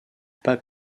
pas